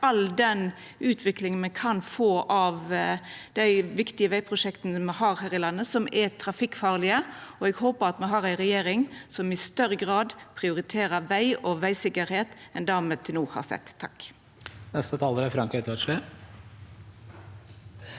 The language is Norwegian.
all den utviklinga me kan få av dei viktige vegprosjekta me har her i landet, der det er trafikkfarleg, og eg håpar at me har ei regjering som i større grad prioriterer veg og vegsikkerheit enn det me til no har sett. Frank